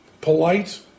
polite